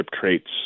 traits